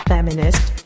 Feminist